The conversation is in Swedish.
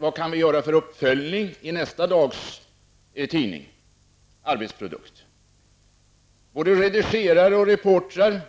Vad kan vi göra för uppföljning i nästa dags tidning, arbetsprodukt? Både redigerare och reportrar